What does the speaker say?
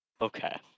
Okay